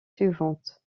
suivantes